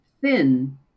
thin